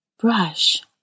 Brush